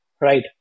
Right